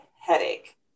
headache